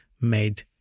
made